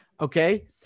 Okay